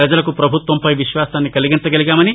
ప్రజలకు ప్రభుత్వంపై విశ్వాసాన్ని కలిగించగలిగామని